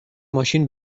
ماشین